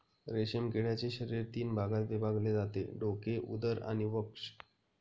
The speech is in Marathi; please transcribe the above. रेशीम किड्याचे शरीर तीन भागात विभागले जाते डोके, उदर आणि वक्ष